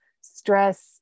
stress